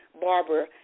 Barbara